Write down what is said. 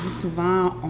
souvent